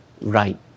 right